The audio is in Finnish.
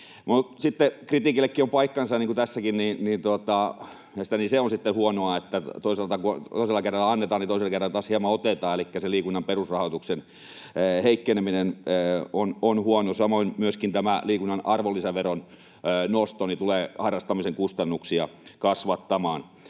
kritiikillekin on paikkansa tässäkin. Se on sitten huonoa, että kun toisella kädellä annetaan, niin toisella kädellä taas hieman otetaan, elikkä se liikunnan perusrahoituksen heikkeneminen on huono. Samoin myöskin tämä liikunnan arvonlisäveron nosto tulee harrastamisen kustannuksia kasvattamaan.